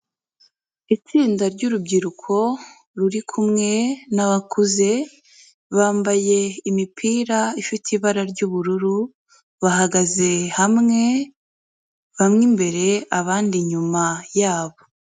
Itsinda ry'urubyiruko ruri kumwe n'abakuze bambaye imipira ifite ibara ry'ubururu bahagaze hamwe bamwe imbere abandi inyuma yabo.